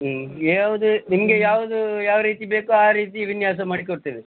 ಹ್ಞೂ ಯಾವ್ದು ನಿಮಗೆ ಯಾವುದೂ ಯಾವ ರೀತಿ ಬೇಕೊ ಆ ರೀತಿ ವಿನ್ಯಾಸ ಮಾಡಿ ಕೊಡ್ತೇವೆ